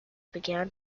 began